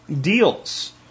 deals